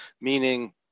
meaning